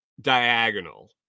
Diagonal